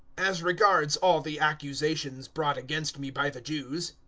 as regards all the accusations brought against me by the jews,